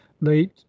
late